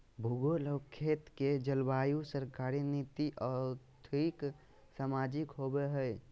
भूगोल और खेत के जलवायु सरकारी नीति और्थिक, सामाजिक होबैय हइ